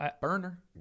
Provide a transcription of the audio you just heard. Burner